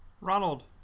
Ronald